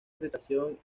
irritación